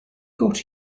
got